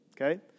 Okay